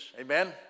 amen